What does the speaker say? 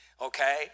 Okay